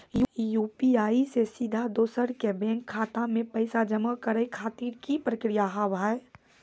UPI से सीधा दोसर के बैंक खाता मे पैसा जमा करे खातिर की प्रक्रिया हाव हाय?